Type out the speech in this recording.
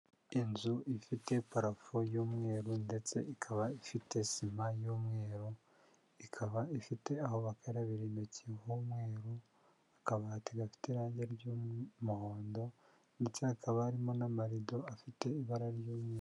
Inzu ifite parafo y'umweru ndetse ikaba ifite sima y'umweru, ikaba ifite aho bakarabira intoki h'umweru, akabati gafite irange ry'umuhondo ndetse hakaba harimo n'amarido afite ibara ry'umweru.